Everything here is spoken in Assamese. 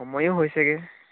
সময়ো হৈছেগৈ